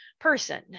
person